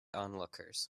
onlookers